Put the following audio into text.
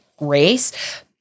race